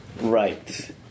Right